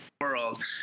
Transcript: world